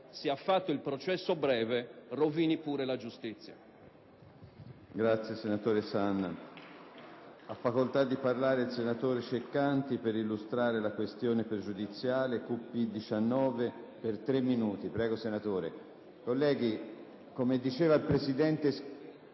«Sia fatto il processo breve, rovini pure la giustizia».